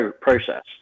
process